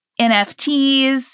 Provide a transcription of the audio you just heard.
NFTs